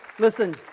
Listen